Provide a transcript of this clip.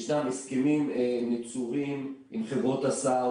ישנם הסכמים נצורים עם חברות הסעה,